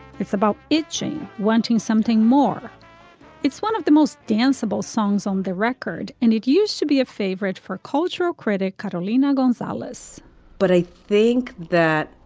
it's about itching wanting something more it's one of the most danceable songs on the record and it used to be a favorite for cultural critic. catalina gonzalez but i think that.